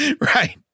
Right